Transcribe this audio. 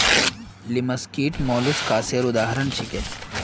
लिमस कीट मौलुसकासेर उदाहरण छीके